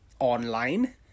online